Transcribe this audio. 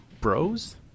bros